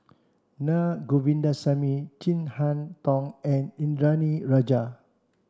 Na Govindasamy Chin Harn Tong and Indranee Rajah